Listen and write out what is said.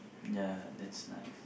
ya that's nice